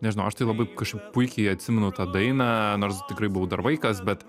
nežinau aš tai labai kažkaip puikiai atsimenu tą dainą nors tikrai buvau dar vaikas bet